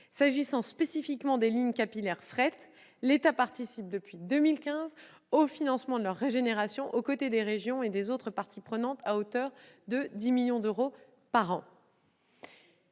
S'agissant spécifiquement des lignes capillaires de fret, l'État participe depuis 2015 au financement de leur régénération, aux côtés des régions et des autres parties prenantes, à hauteur de 10 millions d'euros par an.